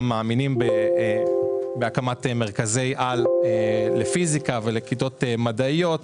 הקמת מרכזי על לפיזיקה ולכיתות מדעיות,